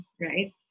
right